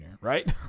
right